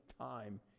time